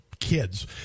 kids